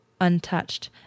untouched